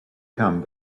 come